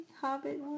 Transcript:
Hobbit